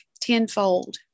tenfold